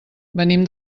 venim